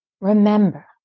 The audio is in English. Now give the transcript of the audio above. remember